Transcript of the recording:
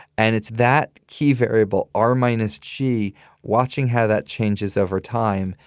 and it's that key variable r minus g watching how that changes over time,